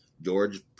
george